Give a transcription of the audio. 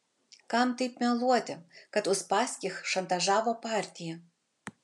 kam taip meluoti kad uspaskich šantažavo partiją